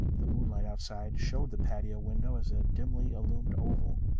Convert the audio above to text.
the moonlight outside showed the patio window as a dimly illumined oval.